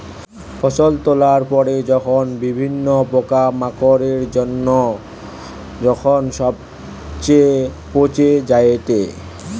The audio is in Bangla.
ফসল তোলার পরে যখন বিভিন্ন পোকামাকড়ের জন্য যখন সবচে পচে যায়েটে